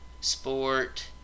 Sport